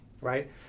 right